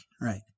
right